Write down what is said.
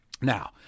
Now